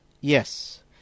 Yes